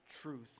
truth